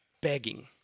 begging